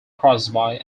crosby